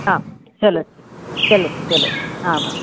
आं चलति चलति चलति आमां